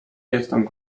jestem